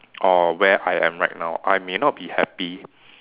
or where I am right now I may not be happy